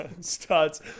starts